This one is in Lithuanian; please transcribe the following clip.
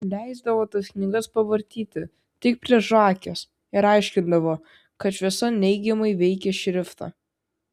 leisdavo tas knygas pavartyti tik prie žvakės ir aiškindavo kad šviesa neigiamai veikia šriftą